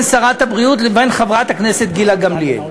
שרת הבריאות לבין חברת הכנסת גילה גמליאל.